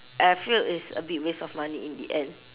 I feel it's a bit waste of money in the end